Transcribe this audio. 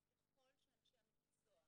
ככל שאנשי המקצוע,